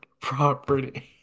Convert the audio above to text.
property